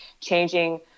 changing